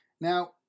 Now